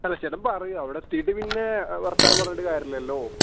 അല്ല ചേട്ടൻ പറയൂ അവിടെ എത്തിയിട്ട് പിന്നെ വർത്തമാനം പറഞ്ഞിട്ട് കാര്യം ഇല്ലല്ലോ